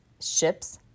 ships